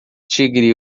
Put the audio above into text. tigre